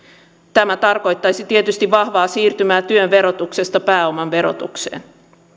tämä tarkoittaisi tietysti vahvaa siirtymää työn verotuksesta pääoman verotukseen